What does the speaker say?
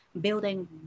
building